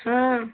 ହଁ